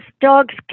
dogs